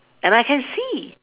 and I can see